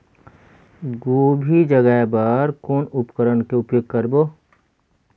गोभी जगाय बर कौन उपकरण के उपयोग करबो?